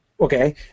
okay